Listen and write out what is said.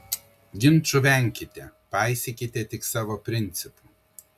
ginčų venkite paisykite tik savo principų